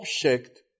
object